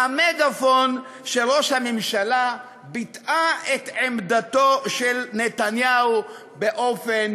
המגפון של ראש הממשלה ביטאה את עמדתו של נתניהו באופן